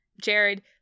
Jared